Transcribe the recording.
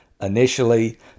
initially